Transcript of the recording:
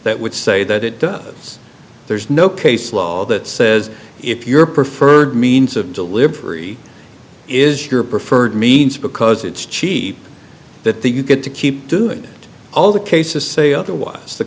that would say that it does there's no case law that says if your preferred means of delivery is your preferred means because it's cheap that the you get to keep doing it all the cases say otherwise the